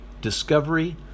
discovery